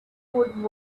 would